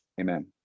Amen